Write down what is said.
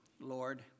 Lord